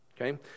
Okay